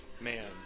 man